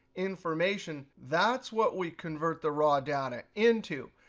information, that's what we convert the raw data into.